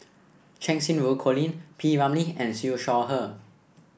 Cheng Xinru Colin P Ramlee and Siew Shaw Her